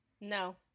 No